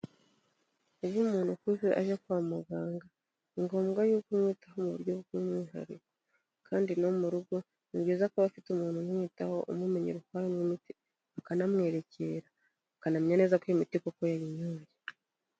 Iyo umuntu ukuze aje kwa muganga ni ngombwa yuko umwitaho mu buryo bw'umwihariko kandi no mu rugo ni byiza kuba afite umuntu umwitaho, umumenyera uko anywa imiti, akanamwerekera, akanamenya neza ko iyo miti koko yayinyweye.